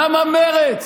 למה מרצ